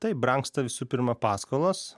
taip brangsta visų pirma paskolos